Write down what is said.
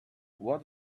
what